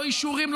לא אישורים,